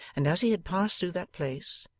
and as he had passed through that place,